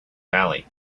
valley